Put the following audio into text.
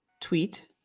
tweet